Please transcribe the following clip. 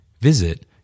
Visit